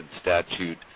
statute